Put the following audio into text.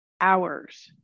hours